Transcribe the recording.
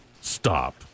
Stop